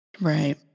Right